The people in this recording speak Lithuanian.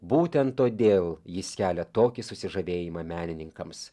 būtent todėl jis kelia tokį susižavėjimą menininkams